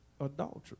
adultery